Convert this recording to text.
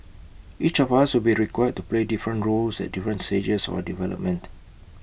each of us will be required to play different roles at different stages or development